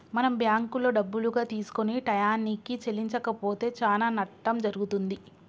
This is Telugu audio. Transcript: మనం బ్యాంకులో డబ్బులుగా తీసుకొని టయానికి చెల్లించకపోతే చానా నట్టం జరుగుతుంది